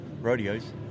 rodeos